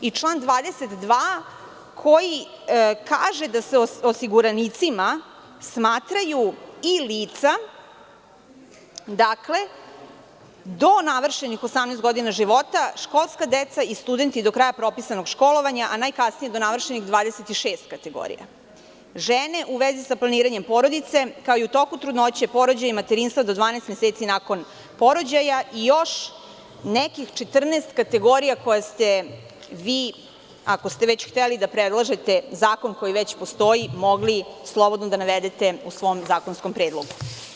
Neću čitati ni član 22. koji kaže da se osiguranicima smatraju i lica do navršenih 18 godina života, školska deca i studenti do kraja propisanog školovanja, a najkasnije do navršenih 26kategorija, žene u vezi sa planiranjem porodice, kao i u toku trudnoće, porođaja i materinstva do 12 meseci nakon porođaja i još nekih 14 kategorija koje ste vi, ako ste već hteli da predlažete zakon koji već postoji, mogli slobodno da navedete u svom zakonskom predlogu.